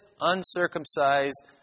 uncircumcised